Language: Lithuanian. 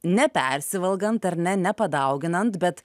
nepersivalgant ar ne nepadauginant bet